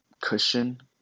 cushion